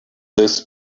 this